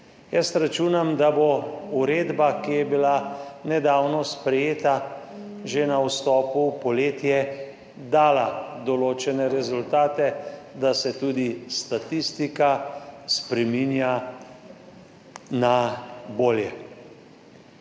Jaz računam, da bo uredba, ki je bila nedavno sprejeta, že na vstopu v poletje dala določene rezultate, da se tudi statistika spreminja na bolje.